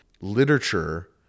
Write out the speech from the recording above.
literature